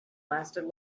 lasted